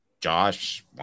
Josh